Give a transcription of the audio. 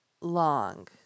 long